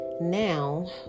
now